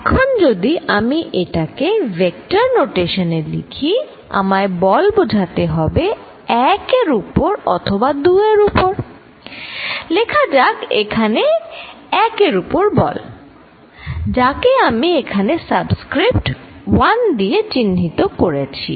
এখন যদি আমি এটাকে ভেক্টর নোটেশন এ লিখি আমায় বল বোঝাতে হবে 1 এর উপর অথবা 2 এর ওপর লেখা যাক এখানে 1 এর উপর বল যাকে আমি এখানে সাবস্ক্রিপ্ট 1 দিয়ে চিহ্নিত করছি